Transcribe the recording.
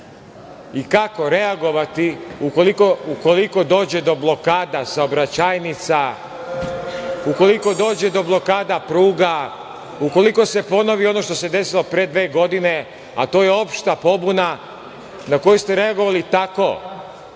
i kako reagovati ukoliko dođe do blokada saobraćajnica, ukoliko dođe do blokada pruga, ukoliko se ponovi ono što se desilo pre dve godine, a to je opšta pobuna na koju ste reagovali tako